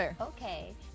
Okay